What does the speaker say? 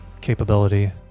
capability